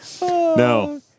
No